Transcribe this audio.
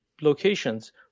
locations